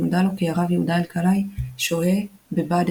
נודע לו כי הרב יהודה אלקלעי שוהה בבאדן-באדן,